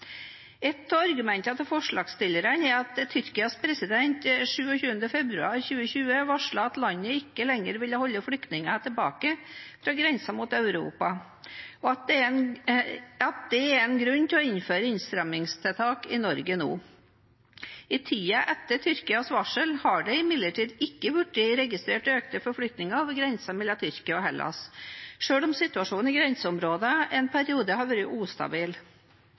Et av argumentene til forslagsstillerne er at Tyrkias president 27. februar 2020 varslet at landet ikke lenger ville holde flyktninger tilbake fra grensene mot Europa, og at det er en grunn til å innføre innstrammingstiltak i Norge nå. I tiden etter Tyrkias varsel er det imidlertid ikke registrert økte forflytninger over grensen mellom Tyrkia og Hellas, selv om situasjonen i grenseområdene en periode har vært ustabil.